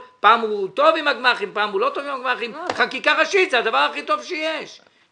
פעם הוא טוב עם הגמ"חים ופעם הוא לא טוב עם הגמ"חים?